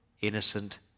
innocent